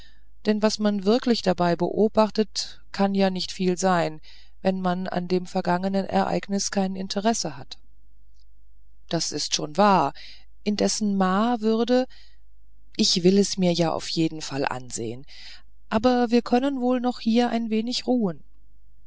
denn was man wirklich dabei beobachtet kann ja nicht viel sein wenn man an dem vergangenen ereignis kein interesse hat das ist schon wahr indessen ma würde ich will es mir ja auch auf jeden fall ansehen aber wir können wohl noch hier ein wenig ruhen